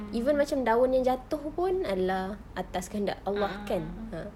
even macam daun yang jatuh pun allah atas kan sudah allah kan ah